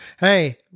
hey